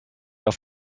auf